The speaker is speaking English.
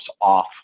off